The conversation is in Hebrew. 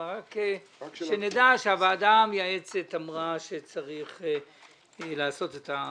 אבל שנדע שהוועדה המייעצת אמרה שצריך לתת את המקסימום